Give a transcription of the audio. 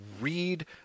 read